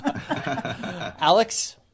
Alex